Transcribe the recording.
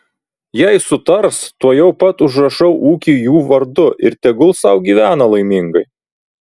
jei sutars tuojau pat užrašau ūkį jų vardu ir tegul sau gyvena laimingai